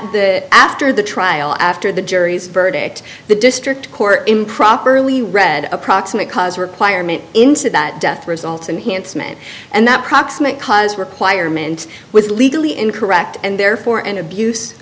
the after the trial after the jury's verdict the district court improperly read a proximate cause requirement into that death result and handsome and and that proximate cause requirement was legally incorrect and therefore an abuse